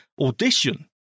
Audition